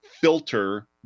filter